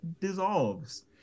dissolves